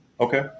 Okay